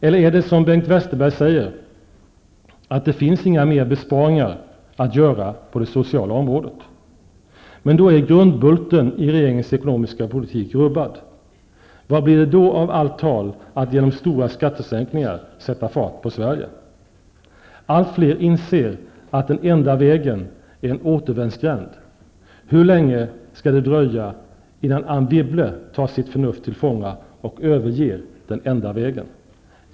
Eller är det som Bengt Westerberg säger, att det inte finns några mer besparingar att göra på det sociala området? Då är grundbulten i regeringens ekonomiska politik rubbad. Vad blir det då av allt tal om att genom stora skattesänkningar sätta fart på Sverige? Allt fler inser att den enda vägen är en återvändsgränd. Hur länge skall det dröja innan Anne Wibble tar sitt förnuft till fånga och överger den enda vägen?